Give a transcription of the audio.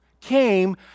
came